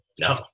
no